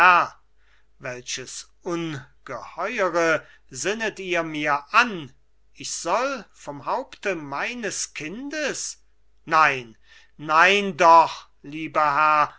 welches ungeheure sinnet ihr mir an ich soll vom haupte meines kindes nein nein doch lieber herr